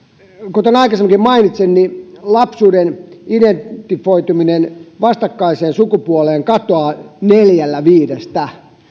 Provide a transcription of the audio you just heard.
kuten aikaisemminkin mainitsin lapsuuden identifioituminen vastakkaiseen sukupuoleen katoaa neljällä viidestä